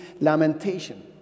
lamentation